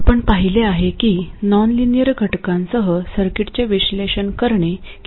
आपण पाहिले आहे की नॉनलिनियर घटकांसह सर्किट्सचे विश्लेषण करणे किती अवघड आहे